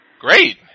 Great